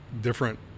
different